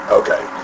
okay